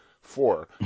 Four